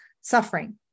suffering